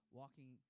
walking